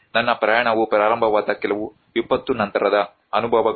ನನ್ನ ಪ್ರಯಾಣವು ಪ್ರಾರಂಭವಾದ ಕೆಲವು ವಿಪತ್ತು ನಂತರದ ಅನುಭವಗಳಂತೆ